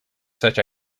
such